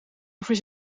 over